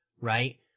right